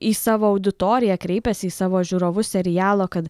į savo auditoriją kreipiasi į savo žiūrovus serialo kad